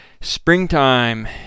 springtime